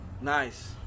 Nice